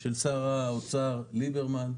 של שר האוצר ליברמן,